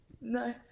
No